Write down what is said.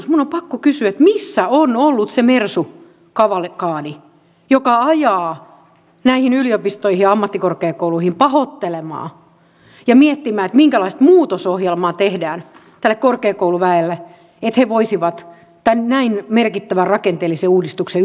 minun on pakko kysyä missä on ollut se mersu kavalkadi joka ajaa näihin yliopistoihin ja ammattikorkeakouluihin pahoittelemaan ja miettimään minkälaista muutosohjelmaa tehdään tälle korkeakouluväelle että he voisivat tämän näin merkittävän rakenteellisen uudistuksen ylipäänsä kestää